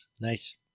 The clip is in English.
Nice